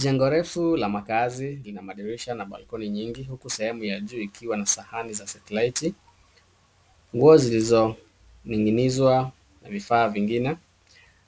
Jengo refu la makaazi lina madirisha na balkoni nyingi, huku sehemu ya juu ikiwa na sehemu ya satelaiti ,nguo zilizoning'inizwa, vifaa vingine.